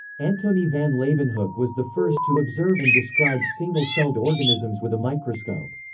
antonie van leeuwenhoek was the first to observe and describe single-celled organisms with a microscope.